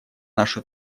нашу